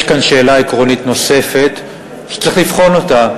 יש כאן שאלה עקרונית נוספת שצריך לבחון אותה,